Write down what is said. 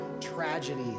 tragedy